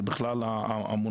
זה בכלל המונחים,